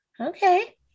okay